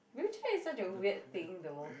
wheelchair is such a weird thing though